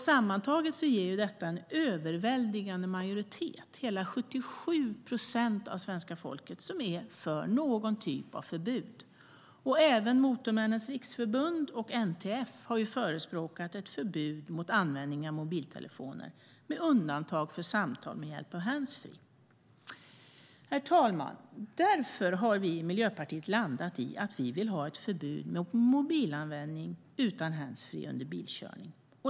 Sammantaget ger detta en överväldigande majoritet, hela 77 procent av svenska folket är för någon typ av förbud. Även Motormännens Riksförbund och NTF har förespråkat ett förbud mot användning av mobiltelefoner med undantag för samtal med hjälp av handsfree. Herr talman! Därför har vi i Miljöpartiet landat i att vi vill ha ett förbud mot mobilanvändning utan handsfree under bilkörning.